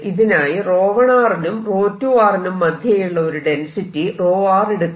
ഇതിനായി 𝜌1 നും 𝜌2 നും മധ്യേയുള്ള ഒരു ഡെൻസിറ്റി 𝜌 എടുക്കാം